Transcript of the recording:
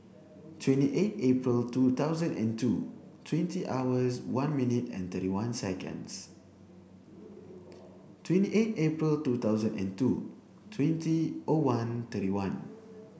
twenty eight April two thousand and two twenty hours one minute and thirty one seconds twenty eight April two thousand and two twenty O one thirty one